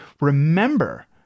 Remember